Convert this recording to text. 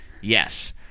Yes